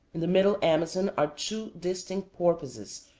in the middle amazon are two distinct porpoises,